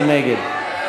מי נגד?